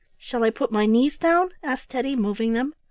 shall i put my knees down? asked teddy, moving them.